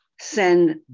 send